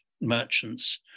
merchants